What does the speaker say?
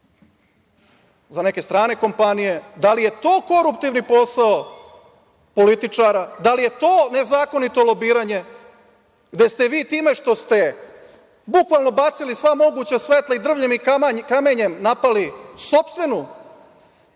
za neke strane kompanije? Da li je to koruptivni posao političara? Da li je to nezakonito lobiranje, gde ste vi time što ste bukvalno bacili sva moguća svetla i drvljem i kamenjem napali sopstvenu